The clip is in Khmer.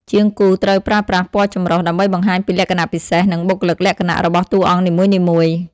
ជាងគូរត្រូវប្រើប្រាស់ពណ៌ចម្រុះ ដើម្បីបង្ហាញពីលក្ខណៈពិសេស និងបុគ្គលិកលក្ខណៈរបស់តួអង្គនីមួយៗ។